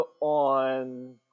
on